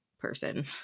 person